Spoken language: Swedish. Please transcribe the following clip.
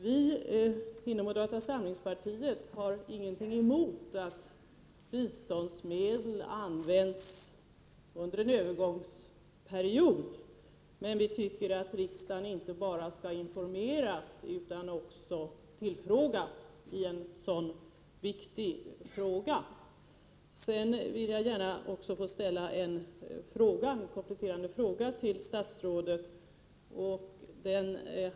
Vi inom moderata samlingspartiet har inget emot att biståndsmedel används under en övergångsperiod. Vi tycker dock att riksdagen inte bara skall informeras, utan också tillfrågas i en så viktig fråga. Jag har även en kompletterande fråga att ställa till statsrådet.